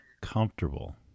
comfortable